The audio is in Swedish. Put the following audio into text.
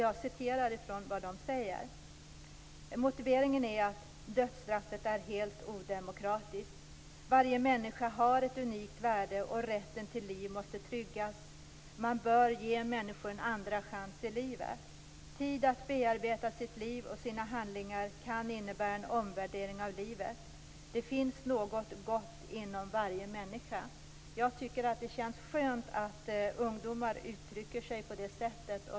Jag citerar från deras motivering: Dödsstraffet är helt odemokratiskt. Varje människa har ett unikt värde, och rätten till liv måste tryggas. Man bör ge människor en andra chans i livet. Tid att bearbeta sitt liv och sina handlingar kan innebära en omvärdering av livet. Det finns något gott inom varje människa. Jag tycker att det känns skönt att ungdomar uttrycker sig på det sättet.